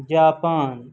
Japan